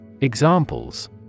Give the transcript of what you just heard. Examples